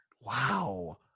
Wow